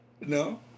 No